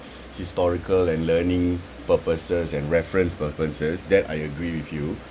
historical and learning purposes and reference purposes that I agree with you